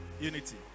Unity